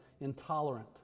intolerant